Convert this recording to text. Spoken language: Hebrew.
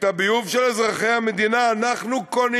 את הביוב של אזרחי המדינה אנחנו קונים